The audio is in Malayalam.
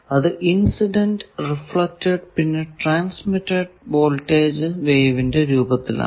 അത് ഇൻസിഡന്റ് റിഫ്ലെക്ടഡ് പിന്നെ ട്രാൻസ്മിറ്റഡ് വോൾടേജ് വേവിന്റെ രൂപത്തിൽ ആണ്